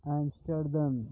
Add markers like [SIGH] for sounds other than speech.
[UNINTELLIGIBLE]